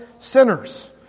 sinners